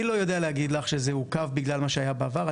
אני לא יודע להגיד לך שזה עוכב בגלל מה שהיה בעבר,